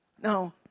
No